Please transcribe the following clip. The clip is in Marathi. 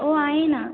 हो आहे ना